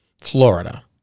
Florida